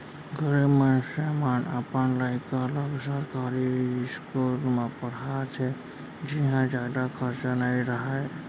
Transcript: गरीब मनसे मन अपन लइका ल सरकारी इस्कूल म पड़हाथे जिंहा जादा खरचा नइ रहय